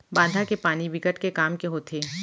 बांधा के पानी बिकट के काम के होथे